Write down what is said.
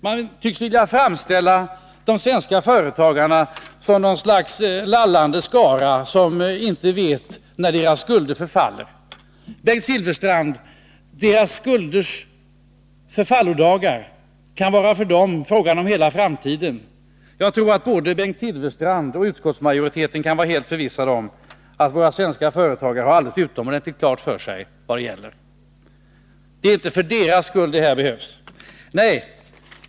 Man tycks vilja framhålla att de svenska företagarna är något slags lallande skara som inte vet när skulderna förfaller. Bengt Silfverstrand, deras skulders förfallodagar kan för dem vara en fråga om hela framtiden. Både Bengt Silfverstrand och utskottsmajoriteten kan vara helt förvissade om att våra svenska företagare har helt klart för sig vad det gäller. Det är inte för deras skull det här behövs — nej.